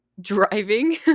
driving